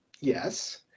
Yes